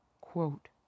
Quote